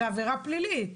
זו עבירה פלילית,